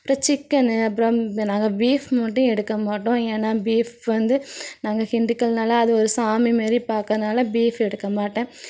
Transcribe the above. அப்புறம் சிக்கனு அப்புறம் இந்த நாங்கள் பீஃப் மட்டும் எடுக்க மாட்டோம் ஏன்னால் பீஃப் வந்து நாங்கள் ஹிண்டுக்கள்னாலே அது ஒரு சாமி மாரி பார்க்கறதுனால பீஃப் எடுக்க மாட்டேன்